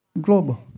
Global